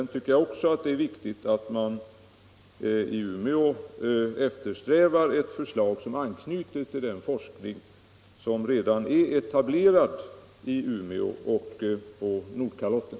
Jag tycker också att det är viktigt att man i Umeå strävar efter att åstadkomma ett förslag som anknyter till den forskning som redan är etablerad i Umeå och på Nordkalotten.